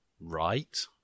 right